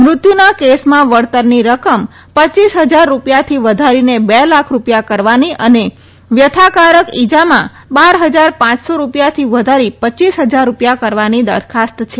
મૃત્યુના કેસમાં વળતરની રકમ રપ હજાર રૂપિયાથી વધારીને બે લાખ રૂપિયા કરવાની અને વ્યથાકારક ઈજામાં બાર ફજાર પાંચસો રૂપિયાથી વધારી પ ચાસ હજાર રૂપિયા કરવાની પણ દરખાસ્ત છે